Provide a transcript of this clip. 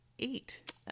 eight